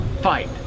fight